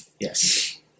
Yes